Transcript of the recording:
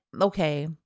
okay